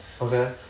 Okay